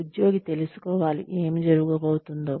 ఉద్యోగి తెలుసుకోవాలి ఏమి జరగబోతుందో